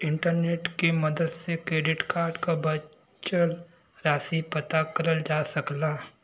internet के मदद से क्रेडिट कार्ड क बचल राशि पता करल जा सकला